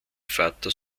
vater